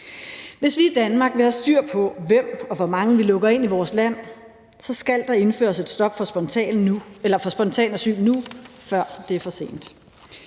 Hvis vi i Danmark vil have styr på, hvem og hvor mange vi lukker ind i vores land, skal der indføres et stop for spontant asyl nu, før det er for sent.